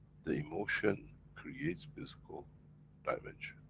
the emotion creates physical dimension.